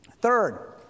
Third